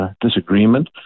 disagreement